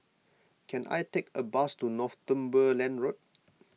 can I take a bus to Northumberland Road